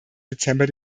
dezember